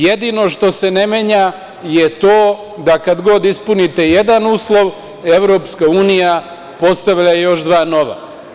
Jedino što se ne menja je to da kada god ispunite jedna uslov, EU postavlja još dva nova.